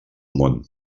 món